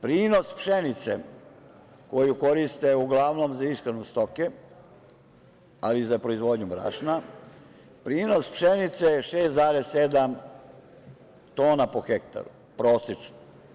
Prinos pšenice, koju koriste uglavnom za ishranu stoke, ali i za proizvodnju brašna, prinos pšenice je 6,7 tona po hektaru, prosečno.